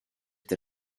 der